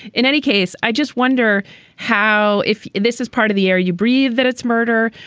in any case, i just wonder how if this is part of the air you breathe, that it's murder,